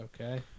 Okay